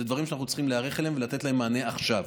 אלה דברים שאנחנו צריכים להיערך אליהם ולתת להם מענה עכשיו,